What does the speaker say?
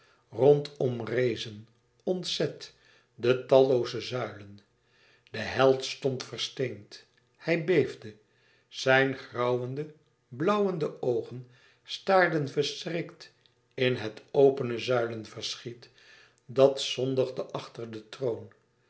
rondom rezen ontzet de tallooze zuilen de held stond versteend hij beefde zijn grauwende blauwende oogen staarden verschrikt in het opene zuilenverschiet dat zonnigde achter den troon